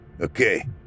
Okay